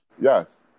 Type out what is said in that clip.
Yes